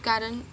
कारण